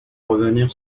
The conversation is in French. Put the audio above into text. revenir